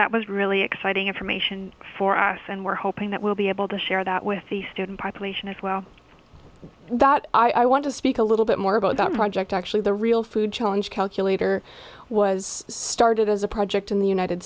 that was really exciting information for us and we're hoping that we'll be able to share that with the student population as well that i want to speak a little bit more about that project actually the real food challenge calculator was started as a project in the united